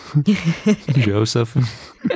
Joseph